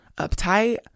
uptight